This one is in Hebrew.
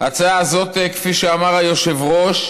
הצעה זאת, כפי שאמר היושב-ראש,